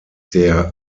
der